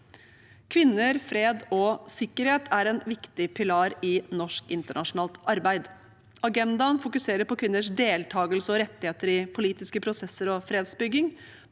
Kvinner, fred og sikkerhet er en viktig pilar i norsk internasjonalt arbeid. Agendaen setter søkelys på kvinners deltakelse og rettigheter i politiske prosesser og fredsbygging,